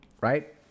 Right